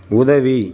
உதவி